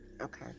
okay